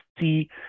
see